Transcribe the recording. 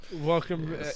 Welcome